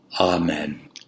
Amen